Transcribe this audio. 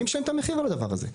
מי משלם את המחיר על הדבר הזה?